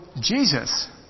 Jesus